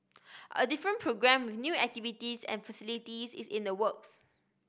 a different programme with new activities and facilities is in the works